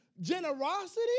generosity